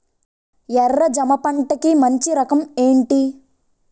ఎర్ర జమ పంట కి మంచి రకం ఏంటి?